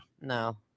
No